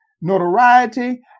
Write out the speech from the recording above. notoriety